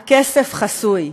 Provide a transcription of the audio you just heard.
הכסף חסוי,